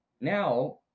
now